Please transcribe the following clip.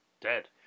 dead